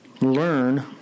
learn